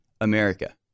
America